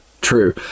true